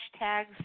hashtags